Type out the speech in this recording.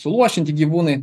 suluošinti gyvūnai